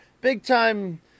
big-time